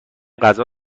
غذا